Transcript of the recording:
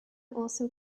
also